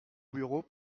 bureau